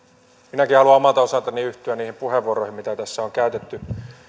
minäkin haluan omalta osaltani yhtyä niihin puheenvuoroihin mitä tässä on käytetty